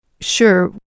Sure